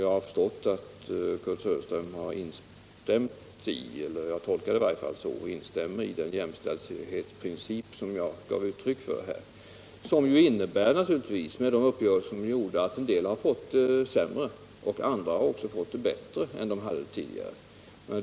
Jag tolkar det så att Kurt Söderström har instämt i den jämställdhetsprincip som jag här gav uttryck för och som med de uppgörelser som är gjorda innebär att en del har fått det sämre medan andra har fått det bättre jämfört med tidigare.